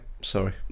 sorry